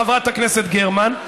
חברת הכנסת גרמן,